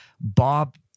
Bob